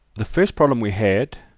the first problem we had,